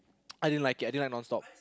I didn't like it I didn't like non stop